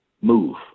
Move